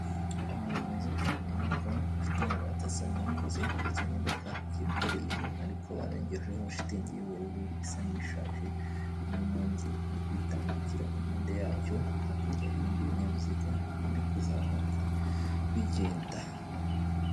Amazu meza cyane ubona ko afite amabati asa n'akuze, ikimodoka kikoreye ibintu ariko barengejeho shitingi y'ubururu isa n'ishaje, umunyonzi uri kwitambukira impande yacyo, hakurya hari ibindi binyabiziga biri kuzamuka bigenda.